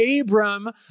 Abram